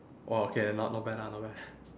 oh okay then not not bad ah not bad